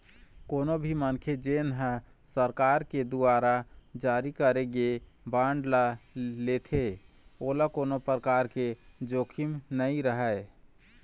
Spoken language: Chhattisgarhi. कोनो भी मनखे जेन ह सरकार के दुवारा जारी करे गे बांड ल लेथे ओला कोनो परकार के जोखिम नइ रहय